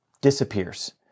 disappears